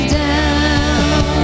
down